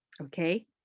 okay